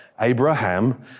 Abraham